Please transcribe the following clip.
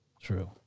true